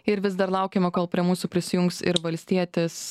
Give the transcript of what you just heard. ir vis dar laukiama kol prie mūsų prisijungs ir valstietis